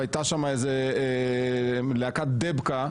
הייתה שם איזו להקת דבקה,